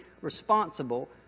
responsible